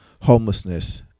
homelessness